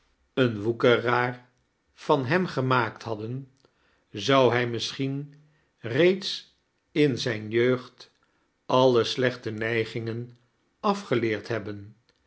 een woekeraar van hem gemaakt hadden zou hij misschien reeds in zijne jeugd alle slechte neigingen afgeleerd hebben